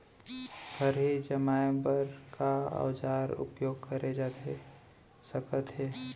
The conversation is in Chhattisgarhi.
खरही जमाए बर का औजार उपयोग करे जाथे सकत हे?